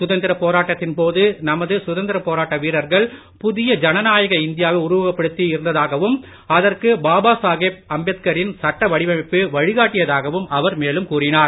சுதந்திரப் போராட்டத்தின் போது நமது சுதந்திரப் போராட்ட வீரர்கள் புதிய ஜனநாயக இந்தியாவை உருவகப்படுத்தி இருந்ததாகவும் அதற்கு பாபா சாகேப் அம்பேத்கரின் சட்ட வடிவமைப்பு வழிகாட்டியதாகவும் அவர் மேலும் கூறினார்